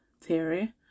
theory